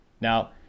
Now